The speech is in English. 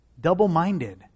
Double-minded